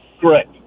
Correct